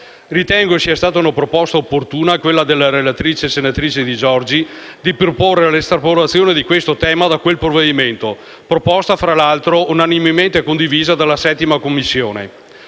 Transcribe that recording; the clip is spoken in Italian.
Ritengo sia stata una proposta opportuna quella della relatrice, senatrice Di Giorgi, volta all'estrapolazione di questo tema da quel provvedimento: tale proposta, fra l'altro, è stata unanimemente condivisa dalla 7a Commissione